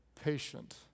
patient